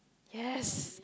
yes